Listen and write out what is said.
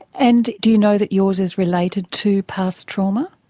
and do you know that yours is related to past trauma?